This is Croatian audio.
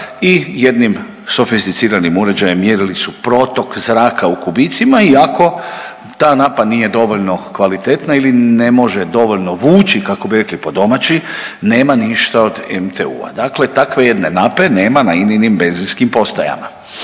i jednim sofisticiranim uređajem mjerili su protok zraka u kubicima i ako ta napa nije dovoljno kvalitetna ili ne može dovoljno vući kako bi rekli po domaći nema ništa od MTU-a. Dakle, takve jedne nape nema na ININIM benzinskim postajama